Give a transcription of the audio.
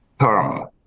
term